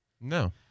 no